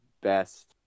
best